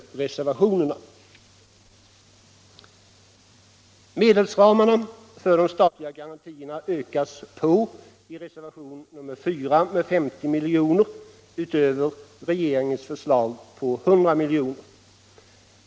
I reservationen 4 yrkas att medelsramarna för de statliga garantierna skall ökas med 50 miljoner utöver regeringens förslag om 100 milj.kr.